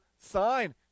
sign